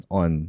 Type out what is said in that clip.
on